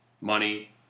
money